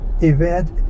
event